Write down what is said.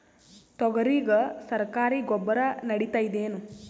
ತೊಗರಿಗ ಸರಕಾರಿ ಗೊಬ್ಬರ ನಡಿತೈದೇನು?